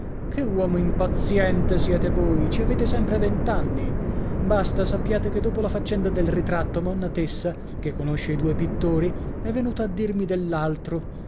che uomo impaziente siete voi ci avete sempre vent'anni basta sappiate che dopo la faccenda del ritratto monna tessa che conosce i due pittori è venuta a dirmi dell'altro